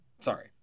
sorry